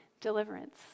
deliverance